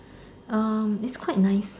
um is quite nice